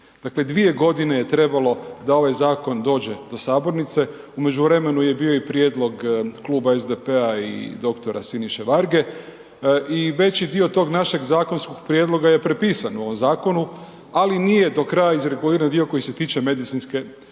Dakle, 2 godine je trebalo da ovaj zakon dođe do sabornice, u međuvremenu je bio i prijedlog Kluba SDP-a i dr. Siniše Varge i veći dio tog našeg zakonskog prijedloga je prepisan u ovom zakonu, ali nije do kraja iz reguliran dio koji se tiče medicinske konoplje.